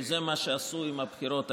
שזה מה שעשו עם הבחירות האלה.